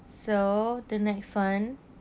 so the next [one]